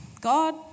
God